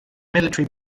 military